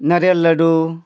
ᱱᱟᱨᱭᱮᱞ ᱞᱟᱹᱰᱩ